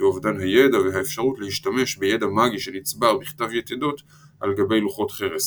ואובדן הידע והאפשרות להשתמש בידע מאגי שנצבר בכתב יתדות על גבי לוחות חרס.